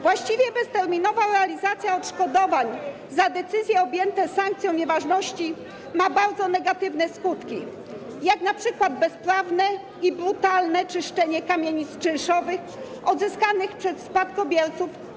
Właściwie bezterminowa realizacja odszkodowań za decyzje objęte sankcją nieważności ma bardzo negatywne skutki, jak np. bezprawne i brutalne czyszczenie kamienic czynszowych odzyskanych przez spadkobierców.